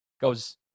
Goes